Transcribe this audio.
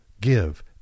give